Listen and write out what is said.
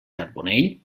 carbonell